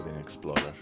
Explorer